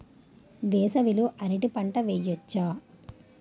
వేసవి లో అరటి పంట వెయ్యొచ్చా?